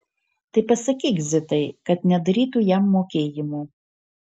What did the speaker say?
tai pasakyk zitai kad nedarytų jam mokėjimų